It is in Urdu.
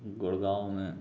گڑگاؤں میں